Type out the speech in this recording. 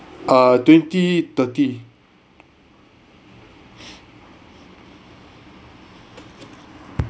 ah twenty thirty